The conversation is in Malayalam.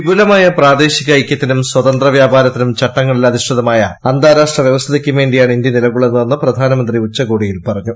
വിപുലമായ പ്രാദേശിക ഐക്യത്തിനും സ്വതന്ത്ര വ്യാപാരത്തിനും ചട്ടങ്ങളിൽ അധിഷ്ഠിതമായ അന്താരാഷ്ട്ര വൃവസ്ഥിതിക്കും വേണ്ടിയാണ് ഇന്ത്യ നിലകൊള്ളുന്നതെന്ന് പ്രധാനമന്ത്രി ഉച്ചകോടിയിൽ പറഞ്ഞു